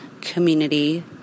community